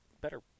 better